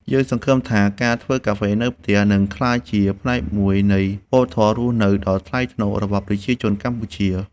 យើងសង្ឃឹមថាការធ្វើកាហ្វេនៅផ្ទះនឹងក្លាយជាផ្នែកមួយនៃវប្បធម៌រស់នៅដ៏ថ្លៃថ្នូររបស់ប្រជាជនកម្ពុជា។